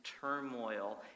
turmoil